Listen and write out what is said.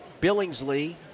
Billingsley